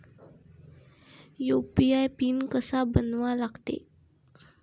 UPI PIN कसा बनवा लागते?